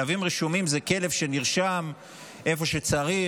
כלבים רשומים זה כלב שנרשם איפה שצריך,